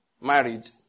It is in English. married